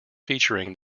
featuring